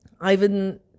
Ivan